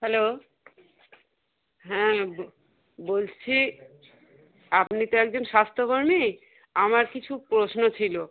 hello হ্যাঁ ব বলছি আপনি তো একজন স্বাস্থ্যকর্মী আমার কিছু প্রশ্ন ছিলো